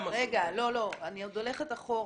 לא, לא, אני עוד הולכת אחורה.